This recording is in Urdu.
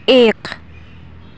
ایک